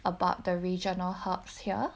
about the regional herbs here